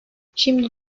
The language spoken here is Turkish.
şimdi